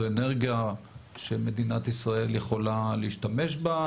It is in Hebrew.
זו אנרגיה שמדינת ישראל יכולה להשתמש בה,